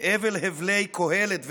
הבל הבלי קהלת ודומיהם,